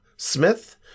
Smith